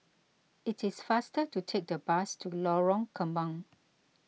it is faster to take the bus to Lorong Kembang